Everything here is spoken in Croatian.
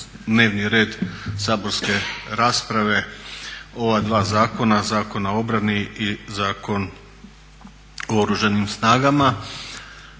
dnevni red saborske rasprave ova dva zakona, Zakon o obrani i Zakon o Oružanim snagama,